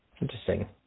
Interesting